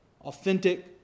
authentic